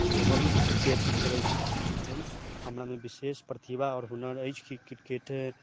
special cricket ही खेलै छी तऽ हमरा लेल अपना मे विशेष प्रतिभा आओर हुनर अछि की क्रिकेट